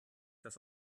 das